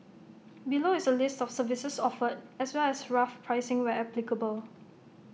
below is A list of services offered as well as rough pricing where applicable